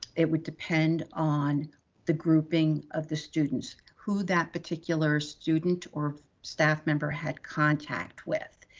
it would depend on the grouping of the students who that particular student or staff member had contact with.